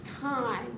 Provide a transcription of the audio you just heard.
time